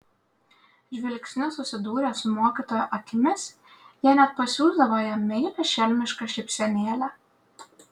žvilgsniu susidūrę su mokytojo akimis jie net pasiųsdavo jam meilią šelmišką šypsenėlę